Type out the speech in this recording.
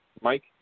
Mike